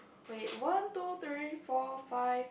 wait one two three four five